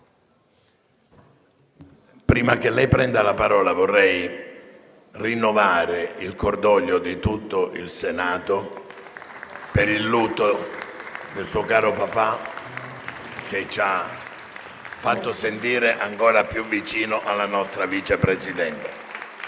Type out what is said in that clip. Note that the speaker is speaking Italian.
Prima che prenda la parola, vorrei rinnovare il cordoglio di tutto il Senato per il lutto del suo caro papà, che ci ha fatto sentire ancora più vicini alla nostra Vice Presidente.